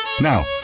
Now